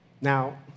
Now